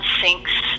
Sinks